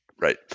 Right